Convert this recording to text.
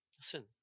Listen